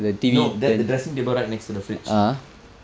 no that the dressing table right next to the fridge